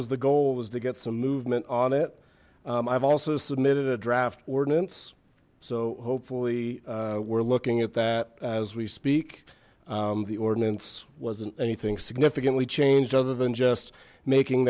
was the goal was to get some movement on it i've also submitted a draft ordinance so hopefully we're looking at that as we speak the ordinance wasn't anything significantly changed other than just making